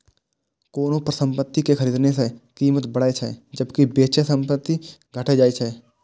कोनो परिसंपत्ति कें खरीदने सं कीमत बढ़ै छै, जबकि बेचै सं कीमत घटि जाइ छै